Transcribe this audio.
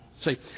See